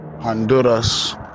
Honduras